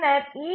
பின்னர் ஈ